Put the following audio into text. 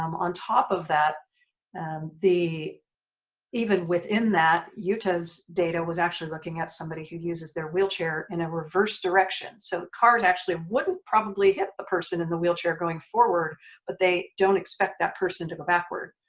um on top of that and the even within that yuta's data was actually looking at somebody who uses their wheelchair in a reverse direction so cars actually wouldn't probably hit the person in the wheelchair going forward but they don't expect that person to go backward.